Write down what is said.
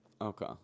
Okay